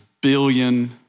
billion